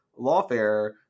lawfare